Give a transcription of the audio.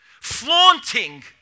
Flaunting